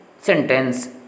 sentence